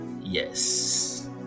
Yes